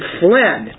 fled